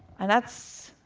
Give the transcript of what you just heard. and that's